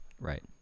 right